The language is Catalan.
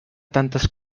tantes